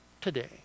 today